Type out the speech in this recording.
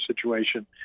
situation